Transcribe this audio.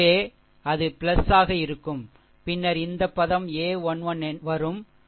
எனவே அது ஆக இருக்கும் பின்னர் இந்த பதம் a1 1 வரும் பின்னர் M 1 1